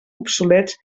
obsolets